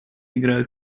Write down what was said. играют